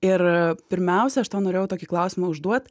ir pirmiausia aš tau norėjau tokį klausimą užduot